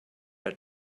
are